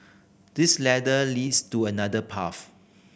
this ladder leads to another path